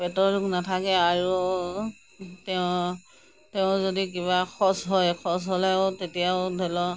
পেটৰ ৰোগ নাথাকে আৰু তেওঁ তেওঁ যদি কিবা খৰ চৰ হয় খৰ চৰ হ'লেও তেতিয়াও ধৰি লওক